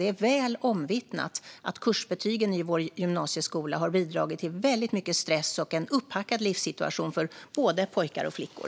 Det är väl omvittnat att kursbetygen i vår gymnasieskola har bidragit till väldigt mycket stress och en upphackad livssituation för både pojkar och flickor.